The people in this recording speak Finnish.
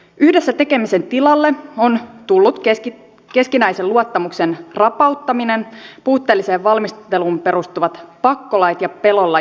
yhdessä tekemisen tilalle on tullut keskinäisen luottamuksen rapauttaminen puutteelliseen valmisteluun perustuvat pakkolait ja pelolla johtaminen